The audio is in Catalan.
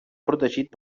protegit